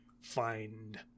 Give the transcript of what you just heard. find